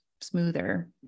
smoother